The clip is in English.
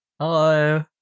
Hello